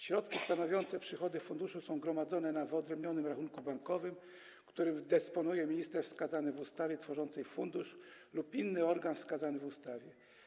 Środki stanowiące przychody funduszu są gromadzone na wyodrębnionym rachunku bankowym, którym dysponuje minister wskazany w ustawie tworzącej fundusz lub inny organ wskazany w ustawie.